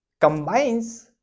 combines